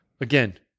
Again